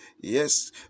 yes